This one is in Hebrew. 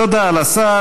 תודה לשר.